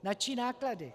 Na čí náklady?